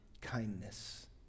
kindness